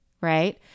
right